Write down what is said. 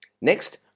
Next